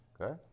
Okay